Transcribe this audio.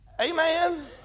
Amen